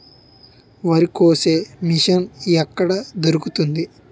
వరి కోసే మిషన్ ఎక్కడ దొరుకుతుంది?